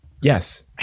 Yes